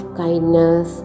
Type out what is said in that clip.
kindness